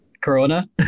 corona